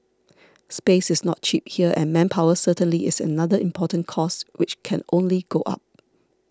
space is not cheap here and manpower certainly is another important cost which can only go up